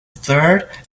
third